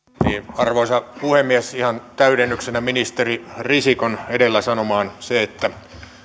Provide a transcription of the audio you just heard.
arvoisa puhemies ihan täydennyksenä ministeri risikon edellä sanomaan se että